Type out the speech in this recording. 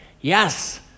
yes